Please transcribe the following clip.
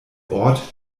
ort